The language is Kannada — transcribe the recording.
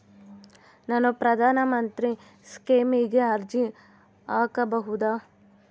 ನಾನು ಪ್ರಧಾನ ಮಂತ್ರಿ ಸ್ಕೇಮಿಗೆ ಅರ್ಜಿ ಹಾಕಬಹುದಾ?